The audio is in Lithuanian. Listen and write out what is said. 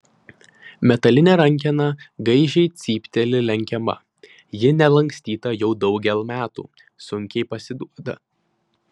metalinė rankena gaižiai cypteli lenkiama ji nelankstyta jau daugel metų sunkiai pasiduoda